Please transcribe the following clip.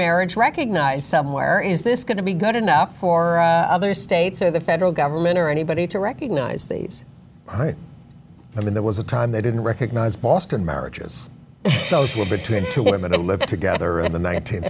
marriage recognized somewhere is this going to be good enough for other states or the federal government or anybody to recognize these i mean there was a time they didn't recognize boston marriages those were between two women to live together in the nineteenth